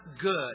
good